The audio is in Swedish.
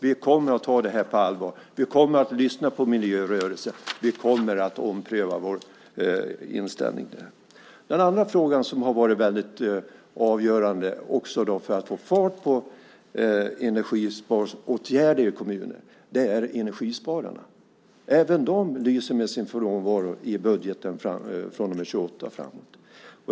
Vi kommer att ta det här på allvar. Vi kommer att lyssna på miljörörelsen. Vi kommer att ompröva vår inställning. En annan fråga som har varit avgörande för att få fart på energisparåtgärder i kommunerna är energispararna. Även de lyser med sin frånvaro i budgeten för 2008 och framåt.